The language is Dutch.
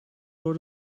door